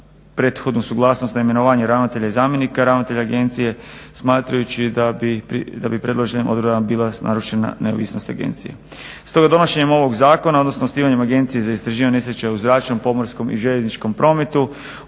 prethodnu suglasnost na imenovanje ravnatelja i zamjenika, ravnatelj agencije smatrajući da bi predloženim odredbama bila narušena neovisnost agencije. Stoga donošenjem ovog zakona, odnosno osnivanjem Agencije za istraživanje nesreća u zračnom, pomorskom i željezničkom prometu